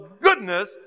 goodness